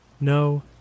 No